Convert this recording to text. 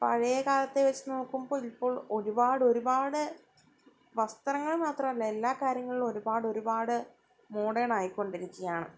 പഴയ കാലത്തെ വച്ചുനോക്കുമ്പോള് ഇപ്പോൾ ഒരുപാടൊരുപാട് വസ്ത്രങ്ങൾ മാത്രമല്ല എല്ലാ കാര്യങ്ങളിലും ഒരുപാടൊരുപാട് മോഡേണായിക്കൊണ്ടിരിക്കുകയാണ്